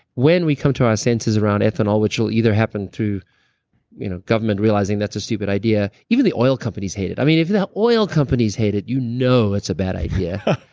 when we come to our senses around ethanol, which will either happen through you know government realizing that's a stupid idea, even the oil companies hate it. i mean if the oil companies hate it, you know it's a bad idea. yeah